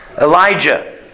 Elijah